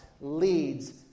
leads